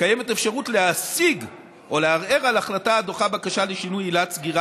קיימת אפשרות להשיג או לערער על החלטה הדוחה בקשה לשינוי עילת סגירה,